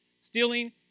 Stealing